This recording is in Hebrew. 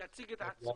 תציג את עצמך.